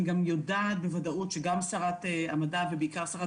אני גם יודעת בוודאות שגם שרת המדע ובעיקר שרת